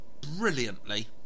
brilliantly